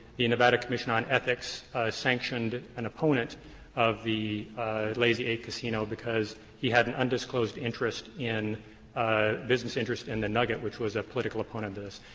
the nevada commission on ethics sanctioned an opponent of the lazy eight casino because he had an undisclosed interest in ah business interest in the nugget, which was a political opponent of this.